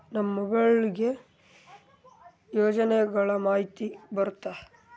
ನಮ್ ಮೊಬೈಲ್ ಗೆ ಯೋಜನೆ ಗಳಮಾಹಿತಿ ಬರುತ್ತ?